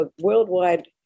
worldwide